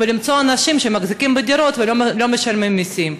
למצוא אנשים שמחזיקים דירות ולא משלמים מסים?